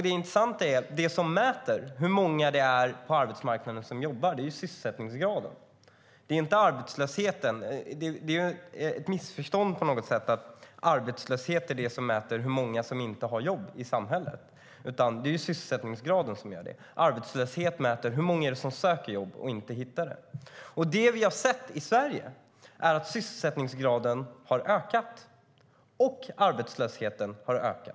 Det intressanta är att det som mäter hur många det är på arbetsmarknaden som jobbar är sysselsättningsgraden, inte arbetslösheten. Det är på något sätt ett missförstånd när man mäter arbetslöshet i hur många det är som inte har jobb i samhället. Det är sysselsättningsgraden som gäller. Arbetslösa är de som söker jobb men inte hittar något. Det vi har sett i Sverige är att sysselsättningsgraden har ökat och att arbetslösheten har ökat.